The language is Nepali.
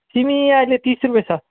सिमी अहिले तिस रुपियाँ छ